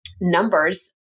numbers